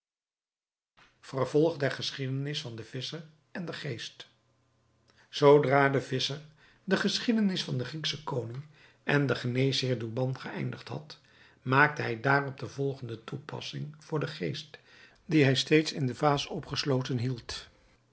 vervolg der geschiedenis van den visscher en den geest zoodra de visscher de geschiedenis van den griekschen koning en den geneesheer douban geeindigd had maakte hij daarop de volgende toepassing voor den geest dien hij steeds in de vaas opgesloten hield